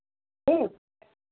ठीक